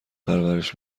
پرورش